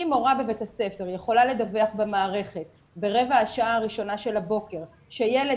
אם מורה בבית הספר יכולה לדווח במערכת ברבע השעה הראשונה של הבוקר שילד